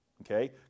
Okay